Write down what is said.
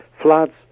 floods